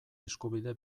eskubide